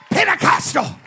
Pentecostal